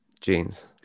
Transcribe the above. Jeans